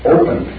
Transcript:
Open